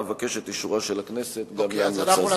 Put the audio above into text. אבקש את אישורה של הכנסת גם להמלצה זו.